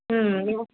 ம் நீங்கள்